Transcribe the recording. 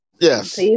yes